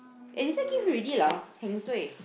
eh this one give already lah heng suay